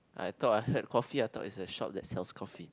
I thought I heard coffee I thought it's a shop that sells coffee